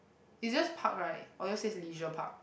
is just park right or yours says leisure park